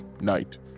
night